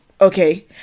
okay